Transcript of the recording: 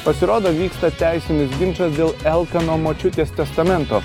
pasirodo vyksta teisinis ginčas dėl elkano močiutės testamento